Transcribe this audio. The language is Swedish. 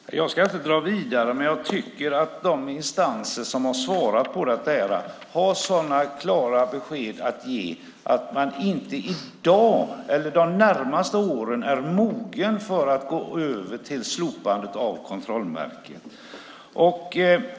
Herr talman! Jag ska inte dra detta vidare, men jag tycker att de instanser som har svarat på detta har sådana klara besked att ge att man inte i dag eller de närmaste åren är mogen att slopa kontrollmärket.